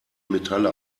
metalle